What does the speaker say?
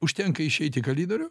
užtenka išeiti į kalidorių